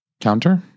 counter